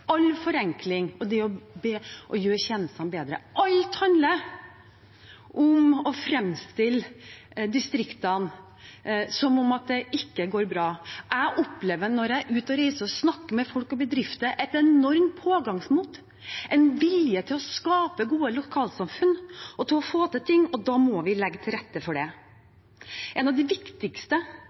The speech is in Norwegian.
all forenkling og forbedring av tjenester. Alt handler om å framstille distriktene som om det ikke går bra. Når jeg er ute og reiser og snakker med folk og bedrifter, opplever jeg et enormt pågangsmot, en vilje til å skape gode lokalsamfunn og få til ting. Da må vi legge til rette for det. Et av de viktigste